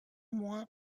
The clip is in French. moins